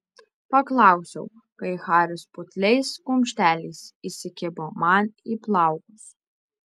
paklausiau kai haris putliais kumšteliais įsikibo man į plaukus